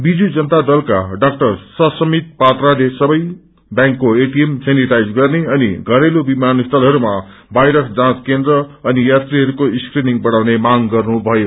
वीजू जनाता दलका ड़ा ससमित पात्राले सबै व्यांकको एटिएम सेनीटाइज गर्ने अनि घरेलु विमानस्थलहरूामा वायरस जाँच केन्द्र अनि यात्रीहरूको स्क्रीनिंग बढ़ाउने मांग गर्नुभयो